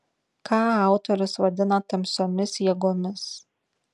ką autorius vadina tamsiomis jėgomis